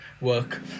work